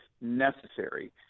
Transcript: necessary